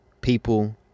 People